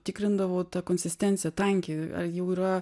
tikrindavau tą konsistenciją tankį ar jau yra